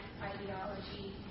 ideology